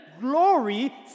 glory